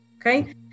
Okay